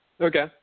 Okay